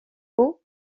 hauts